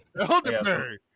Elderberry